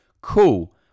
Cool